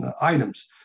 items